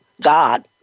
God